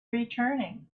returning